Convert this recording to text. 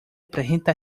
presenta